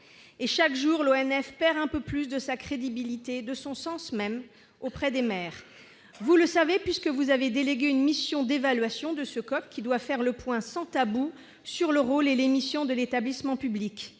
Chaque jour, l'Office perd un peu plus de sa crédibilité, de son sens, même, auprès des maires. Mais le ministre le sait, puisqu'il a délégué une mission d'évaluation de ce COP, qui doit faire le point, sans tabou, sur le rôle et les missions de l'établissement public.